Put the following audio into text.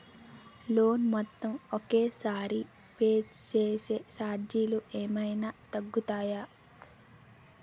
Loan మొత్తం ఒకే సారి పే చేస్తే ఛార్జీలు ఏమైనా తగ్గుతాయా?